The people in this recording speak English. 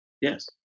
Yes